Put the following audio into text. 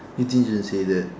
you didn't just say that